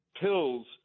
pills